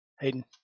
Hayden